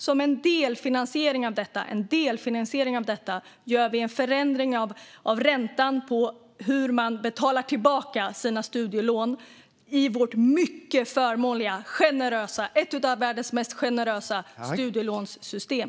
Som en delfinansiering av detta gör vi en förändring av räntan när man betalar tillbaka sina studielån i vårt mycket förmånliga och generösa - ett av världens mest generösa - studielånssystem.